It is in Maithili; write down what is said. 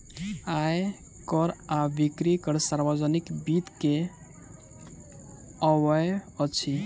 आय कर आ बिक्री कर सार्वजनिक वित्त के अवयव अछि